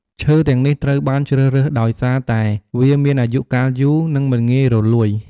ឈើទាំងនេះត្រូវបានជ្រើសរើសដោយសារតែវាមានអាយុកាលយូរ និងមិនងាយរលួយ។